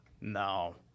No